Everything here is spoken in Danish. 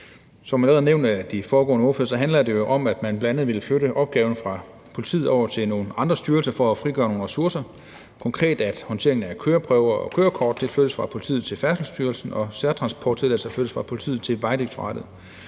Som allerede nævnt af de foregående ordførere handler det jo om, at man bl.a. vil flytte opgaver fra politiet over til nogle andre styrelser for at frigøre nogle ressourcer. Det indebærer konkret, at håndteringen af køreprøver og kørekort flyttes fra politiet til Færdselsstyrelsen, og at særtransporttilladelser flyttes fra politiet til Vejdirektoratet.